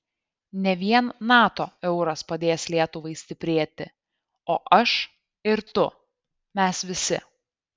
ne vien nato euras padės lietuvai stiprėti o aš ir tu mes visi